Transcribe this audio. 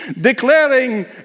declaring